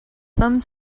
some